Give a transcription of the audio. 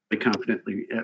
confidently